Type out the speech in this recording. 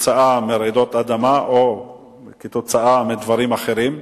כתוצאה מרעידות אדמה או כתוצאה מדברים אחרים,